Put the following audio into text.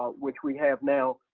which we have now,